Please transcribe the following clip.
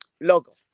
logo